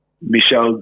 Michelle